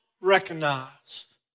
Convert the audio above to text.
recognized